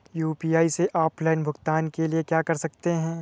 UPI से offline भुगतान के लिए क्या कर सकते हैं?